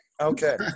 Okay